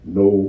no